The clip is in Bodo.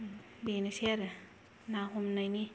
बेनोसै आरो ना हमनायनि